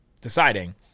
deciding